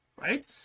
right